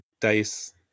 dice